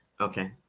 Okay